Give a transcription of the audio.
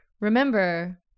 remember